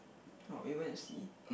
oh he went to see